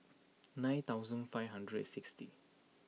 nine thousand five hundred and sixty